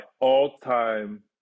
all-time